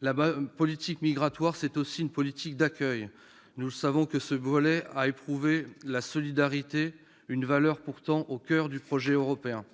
La politique migratoire, c'est aussi une politique d'accueil. Nous savons que ce volet a éprouvé la solidarité, cette valeur étant pourtant au coeur du projet européen.